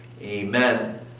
Amen